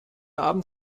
abend